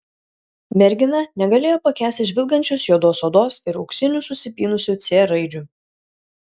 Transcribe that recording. mergina negalėjo pakęsti žvilgančios juodos odos ir auksinių susipynusių c raidžių